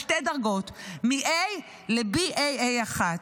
בשתי דרגות: מ-A ל-Baa1.